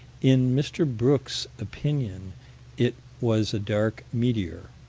in mr. brooks' opinion it was a dark meteor.